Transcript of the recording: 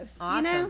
Awesome